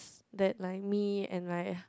that like me and like